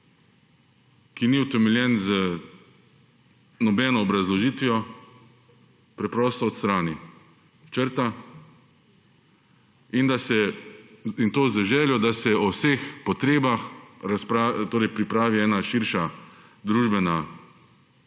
ki ni utemeljen z nobeno obrazložitvijo, preprosto odstrani, črta, in to z željo, da se o vseh potrebah pripravi širša družbena